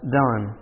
done